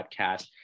podcast